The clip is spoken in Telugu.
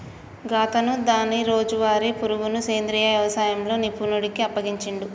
గాతను దాని రోజువారీ పరుగును సెంద్రీయ యవసాయంలో నిపుణుడికి అప్పగించిండు